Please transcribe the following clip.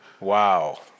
Wow